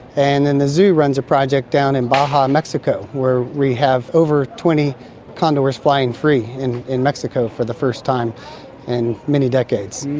and then the zoo runs a project down in baja, mexico, where we have over twenty condors flying free in in mexico for the first time in many decades.